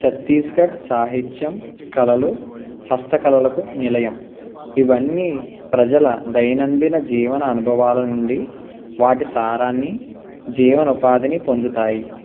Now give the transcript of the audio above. ఛత్తీస్గఢ్ సాహిత్యం కళలు హస్తకళలకు నిలయం ఇవన్నీ ప్రజల దైనందిన జీవన అనుభవాల నుండి వాటి సారాన్ని జీవన ఉపాధిని పొందుతాయి